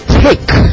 take